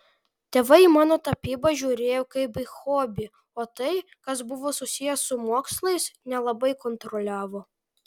tėvai į mano tapybą žiūrėjo kaip į hobį o tai kas buvo susiję su mokslais nelabai kontroliavo